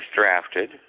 drafted